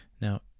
Now